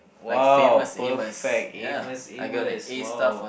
!wow! perfect Amos Amos !wow!